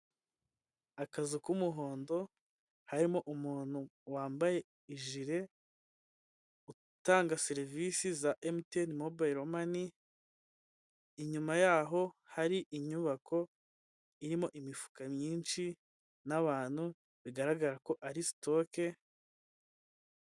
Akazu k'umuhondo harimo umuntu wambaye ijire, utanga serivise za emutiyeni mobayiro mani, inyuma yaho hari inyubako irimo imifuka myinshi n'abantu bigaragara ko ari sitoke.